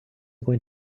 going